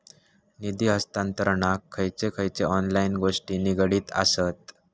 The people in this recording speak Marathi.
निधी हस्तांतरणाक खयचे खयचे ऑनलाइन गोष्टी निगडीत आसत?